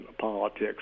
politics